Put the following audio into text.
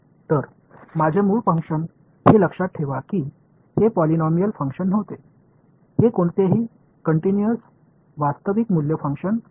तर माझे मूळ फंक्शन हे लक्षात ठेवा की हे पॉलिनॉमियल फंक्शन नव्हते हे कोणतेही कंटिन्यूअस वास्तविक मूल्य फंक्शन होते